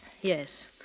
yes